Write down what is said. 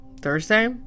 Thursday